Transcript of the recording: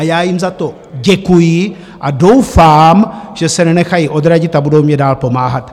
Já jim za to děkuji a doufám, že se nenechají odradit a budou mi dál pomáhat.